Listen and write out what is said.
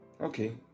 Okay